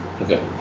okay